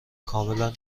کاملا